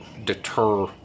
deter